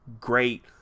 great